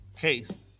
case